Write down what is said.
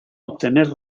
obtener